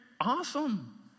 awesome